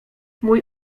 mój